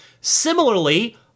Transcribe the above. Similarly